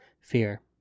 Fear